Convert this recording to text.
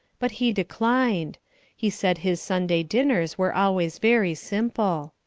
but he declined he said his sunday dinners were always very simple.